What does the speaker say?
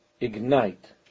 ignite